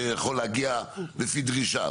מבחינת כוח אדם שיכול להגיע לפי דרישה.